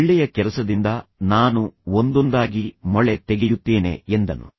ಒಳ್ಳೆಯ ಕೆಲಸದಿಂದ ನಾನು ಒಂದೊಂದಾಗಿ ಮೊಳೆ ತೆಗೆಯುತ್ತೇನೆ ಎಂದನು